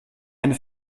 eine